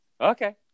Okay